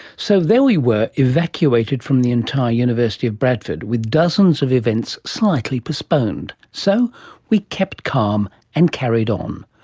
so there we were, evacuated from the entire university of bradford, with dozens of events slightly postponed. so we kept calm and carried um